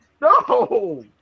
No